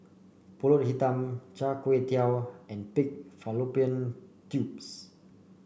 pulut Hitam Char Kway Teow and Pig Fallopian Tubes